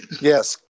Yes